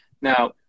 Now